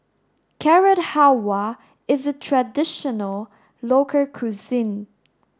Carrot Halwa is a traditional local cuisine